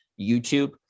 YouTube